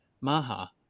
Maha